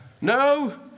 No